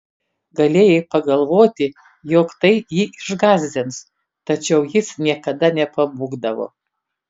galėjai pagalvoti jog tai jį išgąsdins tačiau jis niekada nepabūgdavo